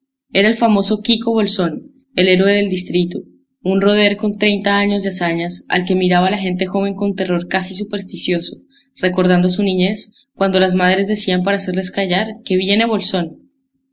era el famoso quico bolsón el héroe del distrito un roder con treinta años de hazañas al que miraba la gente joven con terror casi supersticioso recordando su niñez cuando las madres decían para hacerles callar que viene bolsón